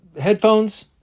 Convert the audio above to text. headphones